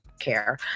care